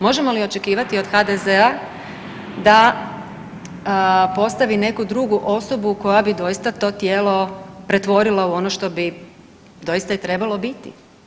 Možemo li očekivati od HDZ-a da postavi neku drugu osobu koja bi doista to tijelo pretvorila u ono što bi doista trebalo i biti.